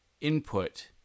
input